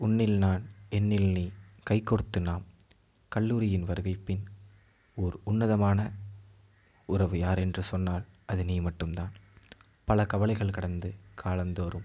உன்னில் நான் என்னில் நீ கைக்கோர்த்து நாம் கல்லூரியின் வருகைப்பின் ஓர் உன்னதமான உறவு யாரென்று சொன்னால் அது நீ மட்டும் தான் பல கவலைகள் கடந்து காலம்தோறும்